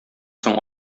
соң